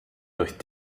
durch